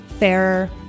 fairer